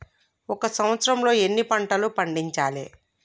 ఒక సంవత్సరంలో ఎన్ని పంటలు పండించాలే?